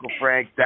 Frank